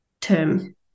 term